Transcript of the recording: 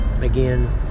again